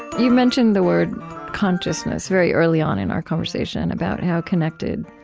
you mentioned the word consciousness very early on in our conversation, about how connected